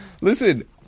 Listen